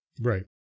Right